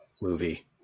movie